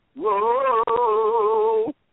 whoa